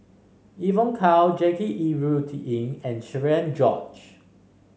Evon Kow Jackie Yi Ru Ying and Cherian George